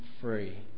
free